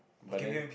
but then